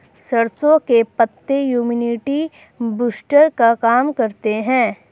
सरसों के पत्ते इम्युनिटी बूस्टर का काम करते है